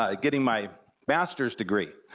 ah getting my masters degree,